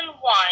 one